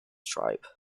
tribe